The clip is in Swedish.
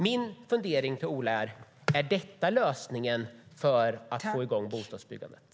Min fråga till Ola är: Är detta lösningen för att få igång bostadsbyggandet?